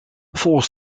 volgens